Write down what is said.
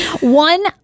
One